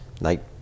night